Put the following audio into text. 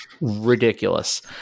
ridiculous